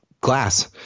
glass